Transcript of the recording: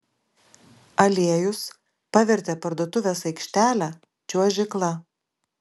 aliejus pavertė parduotuvės aikštelę čiuožykla